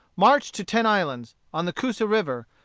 marched to ten islands, on the coosa river,